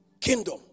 kingdom